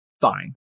fine